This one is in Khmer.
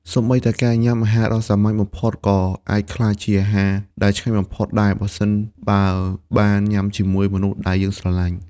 សូម្បីតែការញ៉ាំអាហារដ៏សាមញ្ញបំផុត ក៏អាចក្លាយជាអាហារដែលឆ្ងាញ់បំផុតដែរ ប្រសិនបើវបានញ៉ាំជាមួយមនុស្សដែលយើងស្រឡាញ់។